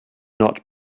not